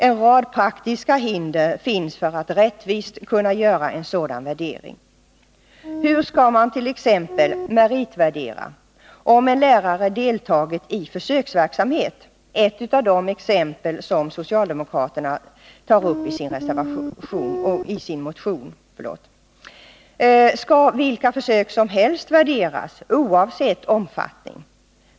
En rad praktiska hinder finns för att rättvist göra en sådan värdering. Hur skall man t.ex. meritvärdera om en lärare har deltagit i försöksverksamhet — ett av de exempel som socialdemokraterna tar upp i sin motion. Skall vilka försök som helst värderas oavsett omfattningen?